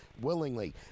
willingly